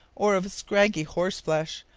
or of scraggy horse-flesh,